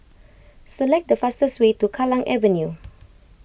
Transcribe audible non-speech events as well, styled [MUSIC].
select the fastest way to Kallang Avenue [NOISE]